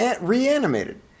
reanimated